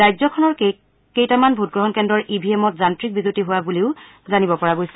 ৰাজ্যখনৰ কেইটামান ভোটগ্ৰহণ কেন্দ্ৰৰ ই ভি এমত যান্ত্ৰিক বিজুতি হোৱা বুলিও জানিব পৰা গৈছে